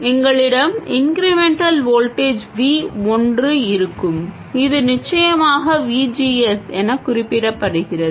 எங்களிடம் incremental voltage V ஒன்று இருக்கும் இது நிச்சயமாக V G S என குறிப்பிடப்படுகிறது